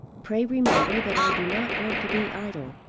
pray remember that i do not want to be idle.